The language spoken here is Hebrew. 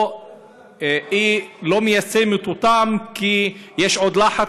או שהיא לא מיישמת אותן כי יש עוד לחץ